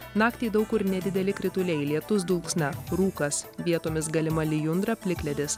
naktį daug kur nedideli krituliai lietus dulksna rūkas vietomis galima lijundra plikledis